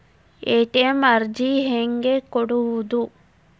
ATM ಅರ್ಜಿ ಹೆಂಗೆ ಕೊಡುವುದು?